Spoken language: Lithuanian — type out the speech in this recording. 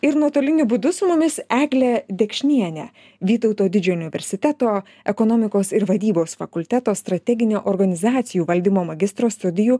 ir nuotoliniu būdu su mumis eglė dekšnienė vytauto didžio universiteto ekonomikos ir vadybos fakulteto strateginio organizacijų valdymo magistro studijų